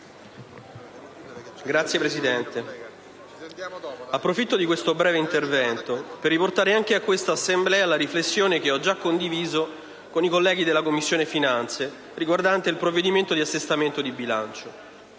Signora Presidente, approfitto di questo breve intervento per riportare anche a questa Assemblea la riflessione che ho già condiviso con i colleghi della Commissione finanze riguardante il provvedimento di assestamento del bilancio.